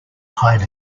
hide